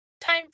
time